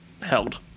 held